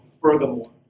furthermore